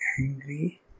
angry